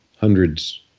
hundreds